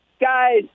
Guys